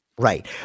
Right